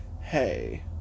Hey